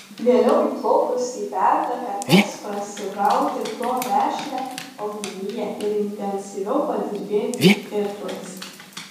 vėliau įplaukus į pertaką teks prasibrauti pro vešlią augmeniją ir intensyviau padirbėti irklais